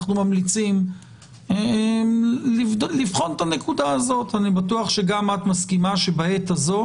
אנחנו ממליצים לבחון את הנקודה הזאת ואני בטוח שגם את מסכימה שבעת הזו